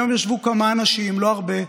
היום ישבו כמה אנשים, לא הרבה,